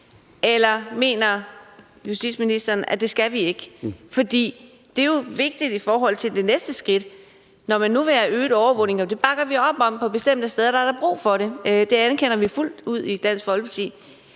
eller mener justitsministeren, at det skal vi ikke? Det er jo vigtigt i forhold til det næste skridt. Når man nu vil have øget overvågning på bestemte steder – og det bakker vi op om, for der er brug for det, og det anerkender vi fuldt ud i Dansk Folkeparti